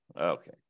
Okay